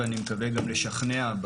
ואני מקווה גם לשכנע,